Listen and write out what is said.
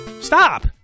Stop